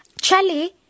Charlie